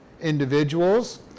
individuals